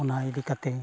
ᱚᱱᱟ ᱤᱫᱤ ᱠᱟᱛᱮ